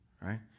Right